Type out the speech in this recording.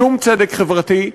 שום צדק חברתי.